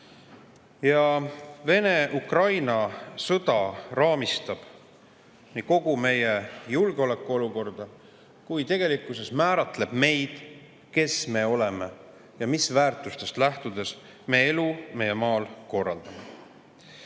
Vene-Ukraina sõda raamistab kogu meie julgeolekuolukorda ning tegelikkuses määratleb meid, kes me oleme ja mis väärtustest lähtudes me elu meie maal korraldame. Eelmise